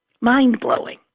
mind-blowing